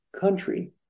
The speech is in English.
country